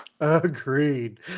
agreed